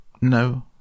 No